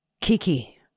Kiki